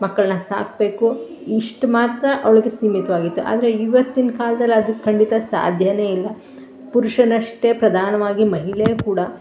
ಮಕ್ಕಳನ್ನ ಸಾಕಬೇಕು ಇಷ್ಟು ಮಾತ್ರ ಅವ್ಳಿಗೆ ಸೀಮಿತವಾಗಿತ್ತು ಆದರೆ ಈವತ್ತಿನ ಕಾಲ್ದಲ್ಲಿ ಅದು ಖಂಡಿತ ಸಾಧ್ಯವೇ ಇಲ್ಲ ಪುರುಷನಷ್ಟೇ ಪ್ರಧಾನವಾಗಿ ಮಹಿಳೆ ಕೂಡ